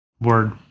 Word